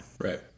Right